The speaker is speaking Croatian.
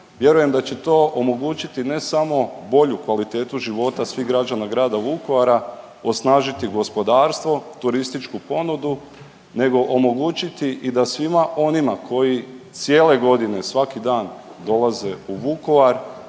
Vjerujem da će to omogućiti, ne samo bolju kvalitetu života svih građana grada Vukovara, osnažiti gospodarstvo, turističku ponudu, nego omogućiti i da svima onima koji cijele godine, svaki dan dolaze u Vukovar,